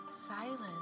silence